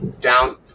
down